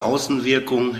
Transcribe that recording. außenwirkung